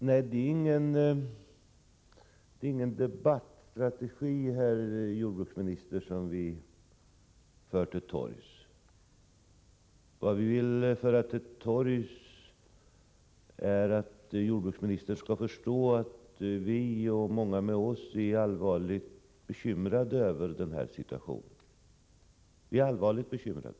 Herr talman! Det är ingen debattstrategi som vi för till torgs, herr jordbruksminister. Vad vi vill föra till torgs är att jordbruksministern måste förstå att vi och många med oss är allvarligt bekymrade över den rådande situationen. Vi är verkligen allvarligt bekymrade.